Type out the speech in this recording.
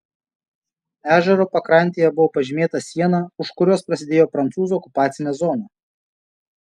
ežero pakrantėje buvo pažymėta siena už kurios prasidėjo prancūzų okupacinė zona